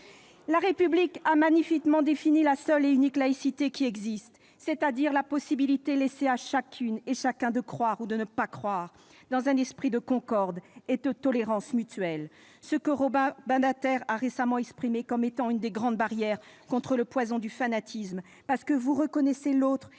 La République a magnifiquement défini la seule et unique laïcité qui existe, c'est-à-dire la possibilité laissée à chacune et à chacun de croire ou de ne pas croire dans un esprit de concorde et de tolérance mutuelle. Robert Badinter l'a récemment présentée comme l'« une des grandes barrières contre le poison du fanatisme, parce que vous reconnaissez l'autre tel qu'il est, comme